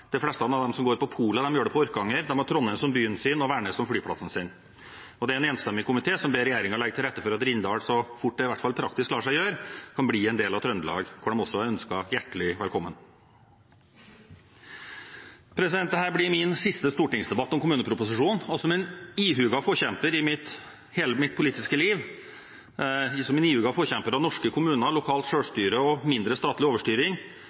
de fleste av dem som går på polet, gjør det på Orkanger, de har Trondheim som byen sin og Værnes som flyplassen sin. Det er en enstemmig komité som ber regjeringen legge til rette for at Rindal så fort det praktisk lar seg gjøre, kan bli en del av Trøndelag, hvor de også er ønsket hjertelig velkommen. Dette blir min siste stortingsdebatt om kommuneproposisjonen. Som en ihuga forkjemper – i hele mitt politiske liv – for norske kommuner, lokalt selvstyre og mindre statlig overstyring,